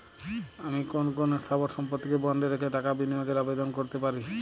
আমি কোন কোন স্থাবর সম্পত্তিকে বন্ডে রেখে টাকা বিনিয়োগের আবেদন করতে পারি?